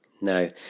No